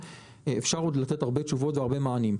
אפשר לענות עוד הרבה תשובות והרבה מענים.